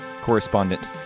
correspondent